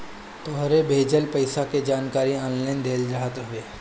तोहरो भेजल पईसा के जानकारी ऑनलाइन देहल रहत हवे